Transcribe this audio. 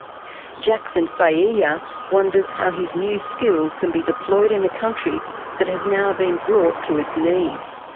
jackson fayiah yeah wonders how his new skills can be deployed in a country that has now been brought to its knees.